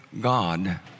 God